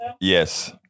Yes